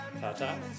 Ta-ta